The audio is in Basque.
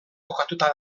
kokatuta